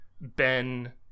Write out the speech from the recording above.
Ben